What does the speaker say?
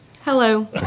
Hello